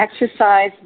exercise